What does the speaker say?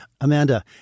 Amanda